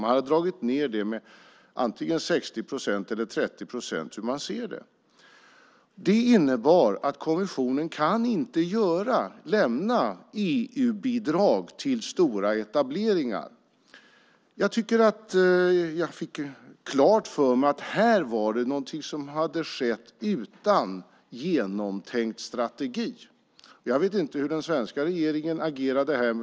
Man hade dragit ned det med antingen 60 procent eller 30 procent, hur man nu ser det. Det innebar att kommissionen inte kan lämna EU-bidrag till stora etableringar. Jag tycker att jag fick klart för mig att här var det något som hade skett utan genomtänkt strategi. Jag vet inte hur den svenska regeringen agerade här.